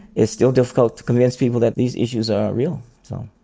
it's still difficult to convince people that these issues are real. so.